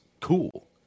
cool